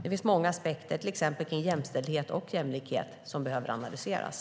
Det finns många aspekter, till exempel kring jämställdhet och jämlikhet, som behöver analyseras.